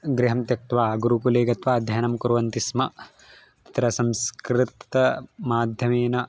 गृहं त्यक्त्वा गुरुकुले गत्वा अध्ययनं कुर्वन्ति स्म तत्र संस्कृतमाध्यमेन